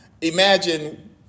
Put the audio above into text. imagine